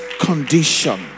condition